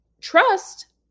Trust